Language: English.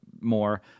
more